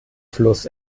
fluss